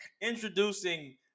introducing